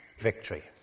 Victory